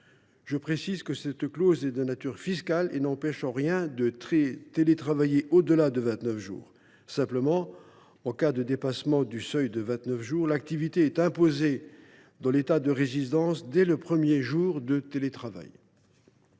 Je précise que cette clause est de nature fiscale et n’empêche en rien de télétravailler au delà de 29 jours. Simplement, en cas de dépassement du seuil, l’activité est imposée dans l’État de résidence dès le premier jour de télétravail.